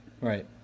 Right